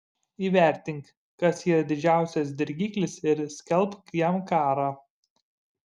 įvertink kas yra didžiausias dirgiklis ir skelbk jam karą